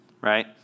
right